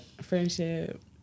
Friendship